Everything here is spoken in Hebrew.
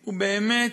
היא באמת